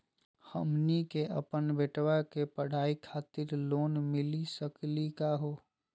हमनी के अपन बेटवा के पढाई खातीर लोन मिली सकली का हो?